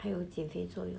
还有减肥作用